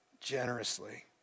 generously